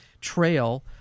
trail